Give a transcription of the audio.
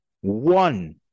one